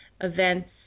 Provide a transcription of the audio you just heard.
events